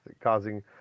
causing